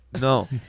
No